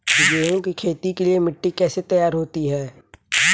गेहूँ की खेती के लिए मिट्टी कैसे तैयार होती है?